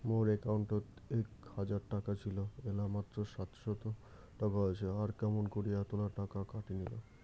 মোর একাউন্টত এক হাজার টাকা ছিল এলা মাত্র সাতশত টাকা আসে আর কেমন করি এতলা টাকা কাটি নিল?